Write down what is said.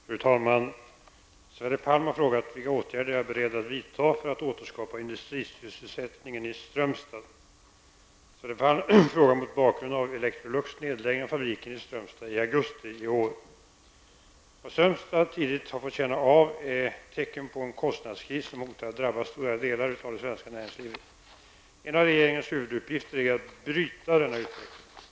Fru talman! Sverre Palm har frågat vilka åtgärder jag är beredd att vidta för att återskapa industrisysselsättningen i Strömstad. Sverre Palm frågar mot bakgrund av Electrolux nedläggning av fabriken i Strömstad i augusti i år. Vad Strömstad tidigt har fått känna av är tecken på en kostnadskris som hotar att drabba stora delar av det svenska näringslivet. En av regeringens huvuduppgifter är att bryta denna utveckling.